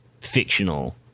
fictional